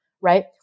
right